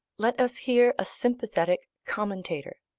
let us hear a sympathetic commentator